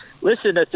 Listen